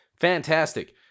Fantastic